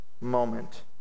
moment